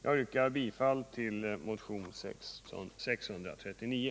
Jag yrkar bifall till motionen 639.